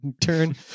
turn